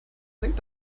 senkt